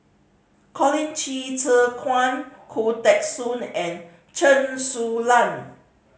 Colin Qi Zhe Quan Khoo Teng Soon and Chen Su Lan